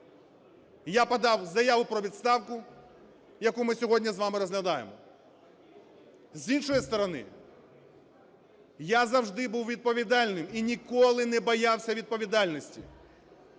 Я подав заяву про відставку, яку ми сьогодні з вами розглядаємо. З іншої сторони, я завжди був відповідальним і ніколи не боявся відповідальності.